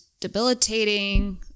debilitating